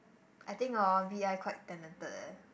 I think orh V I quite talented eh